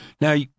Now